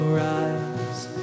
rise